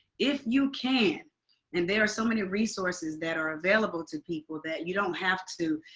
if you can and there are so many resources that are available to people that you don't have to,